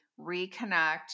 reconnect